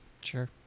Sure